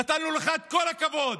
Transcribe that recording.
נתנו לך את כל הכבוד,